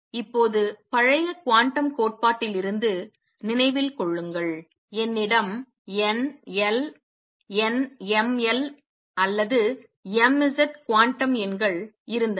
இப்போது பழைய குவாண்டம் கோட்பாட்டில் இருந்து நினைவில் கொள்ளுங்கள் என்னிடம் n l n m l அல்லது m z குவாண்டம் எண்கள் இருந்தன